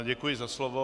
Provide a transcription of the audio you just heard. Děkuji za slovo.